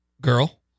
girl